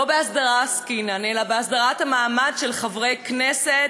לא בהסדרה עסקינן אלא בהסדרת המעמד של חברי כנסת,